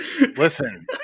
Listen